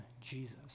Jesus